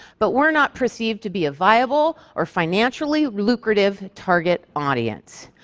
but we're not perceived to be a viable or financially lucrative target audience.